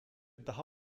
daha